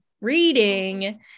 reading